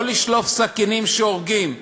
לא לשלוף סכינים שהורגים,